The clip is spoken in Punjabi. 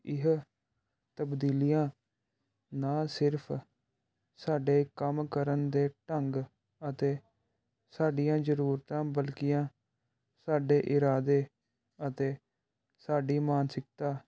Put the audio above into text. ਇਹ ਤਬਦੀਲੀਆਂ ਨਾ ਸਿਰਫ਼ ਸਾਡੇ ਕੰਮ ਕਰਨ ਦੇ ਢੰਗ ਅਤੇ ਸਾਡੀਆਂ ਜ਼ਰੂਰਤਾਂ ਬਲਕੀਆਂ ਸਾਡੇ ਇਰਾਦੇ ਅਤੇ ਸਾਡੀ ਮਾਨਸਿਕਤਾ